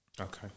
Okay